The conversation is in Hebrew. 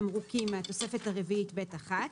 תמרוקים מהתוספת הרביעית ב'1,